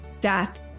death